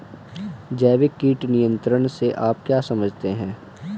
जैविक कीट नियंत्रण से आप क्या समझते हैं?